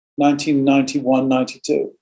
1991-92